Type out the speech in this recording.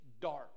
dark